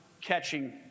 catching